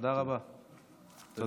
תודה רבה, אדוני.